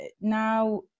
now